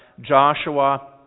Joshua